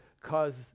cause